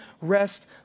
rest